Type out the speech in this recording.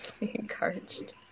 encouraged